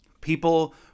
people